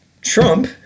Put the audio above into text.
Trump